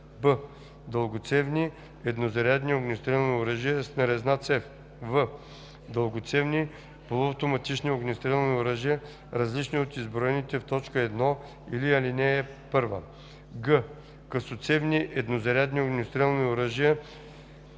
б) дългоцевни еднозарядни огнестрелни оръжия с нарезна цев; в) дългоцевни полуавтоматични огнестрелни оръжия, различни от изброените в т. 1 или ал. 1; г) късоцевни еднозарядни огнестрелни оръжия,